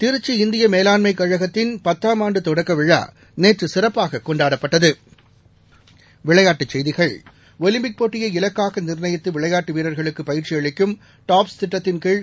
திருச்சி இந்திய மேலாண்மைக் கழகத்தின் பத்தாம் ஆண்டு தொடக்க விழா நேற்று சிறப்பாகக் கொண்டாடப்பட்டது விளையாட்டுச்செய்திகள் ஒலிம்பிக் போட்டியை இலக்காக நிர்ணயித்து விளையாட்டு வீரர்களுக்கு பயிற்சி அளிக்கும் டாப்ஸ் திட்டத்தின் கீழ்